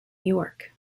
york